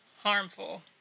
harmful